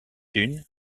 dunn